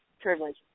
privilege